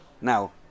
Now